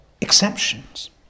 exceptions